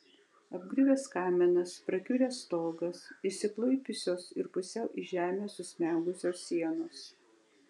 apgriuvęs kaminas prakiuręs stogas išsiklaipiusios ir pusiau į žemę susmegusios sienos